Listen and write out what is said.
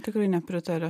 tikrai nepritariu